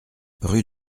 rue